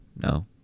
No